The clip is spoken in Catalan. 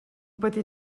petit